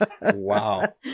Wow